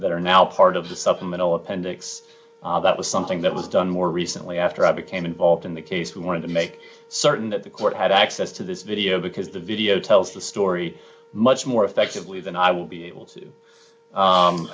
that are now part of the supplemental appendix that was something that was done more recently after i became involved in the case we wanted to make certain that the court had access to this video because the video tells the story much more effectively than i would be able to